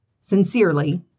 Sincerely